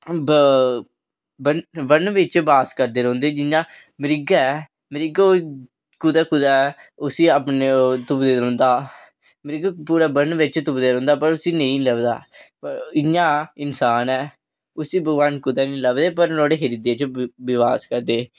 one बिच वास करदे रौहंदे जियां मृग ऐ मृग कुदै कुदै उसी अपने तुप्पदा रौहंदा मृग पूरे वन बिच तुप्पदा रौहंदा पर उसी नेईं मिलदा इंया इन्सान ऐ उसी भगवान कुदै निं लभदे पर नुहाड़े हिरदे च वास करदे